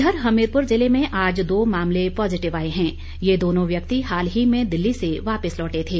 इधर हमीरपुर ज़िले में आज दो मामले पॉजिटिव आए हैं ये दोनों व्यक्ति हाल ही में दिल्ली से वापिस लौटे थे